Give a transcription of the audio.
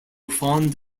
fond